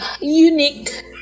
unique